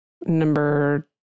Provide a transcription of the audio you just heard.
number